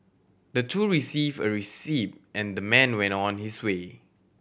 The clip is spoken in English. the two received a receipt and the man went on his way